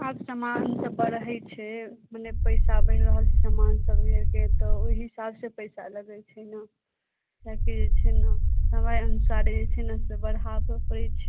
आब सामान तऽ बढ़य छै मने पैसा बढ़ि रहल छै सामान सबके तऽ ओइ हिसाबसँ पैसा लगय छै ने किएक कि जे छै ने समय अनुसार जे छै ने से बढ़ाबऽ पड़य छै